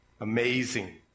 Amazing